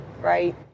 right